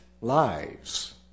lives